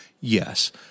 Yes